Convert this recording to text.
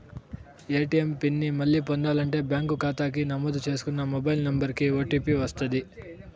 ATM pin ని మళ్ళీ పొందాలంటే బ్యాంకు కాతాకి నమోదు చేసుకున్న మొబైల్ నంబరికి ఓ.టీ.పి వస్తది